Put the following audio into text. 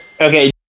Okay